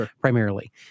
primarily